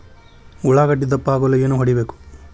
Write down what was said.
ಉಳ್ಳಾಗಡ್ಡೆ ದಪ್ಪ ಆಗಲು ಏನು ಹೊಡಿಬೇಕು?